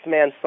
Man